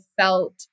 felt